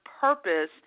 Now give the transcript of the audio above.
purpose